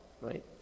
right